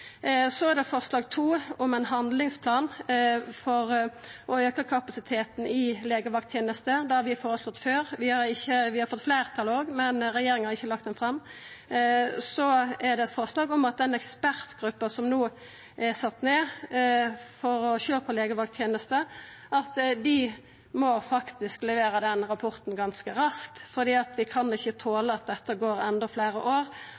Så til forslag nr. 2, om ein handlingsplan for å auka kapasiteten i legevakttenesta. Det har vi føreslått før. Vi har fått fleirtal òg, men regjeringa har ikkje lagt noko fram. Vidare er det eit forslag om at den ekspertgruppa som no er sett ned for å sjå på legevakttenesta, faktisk må levera den rapporten ganske raskt, for vi kan ikkje tåla at det går endå fleire år